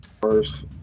first